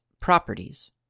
Properties